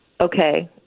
Okay